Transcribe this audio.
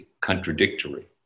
contradictory